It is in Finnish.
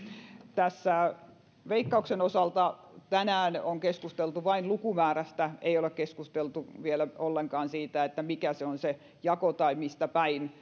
veikkauksen osalta tänään on keskusteltu vain lukumäärästä eikä ole keskusteltu vielä ollenkaan siitä mikä on se jako tai mistäpäin